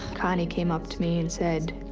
connie came up to me and said,